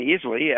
easily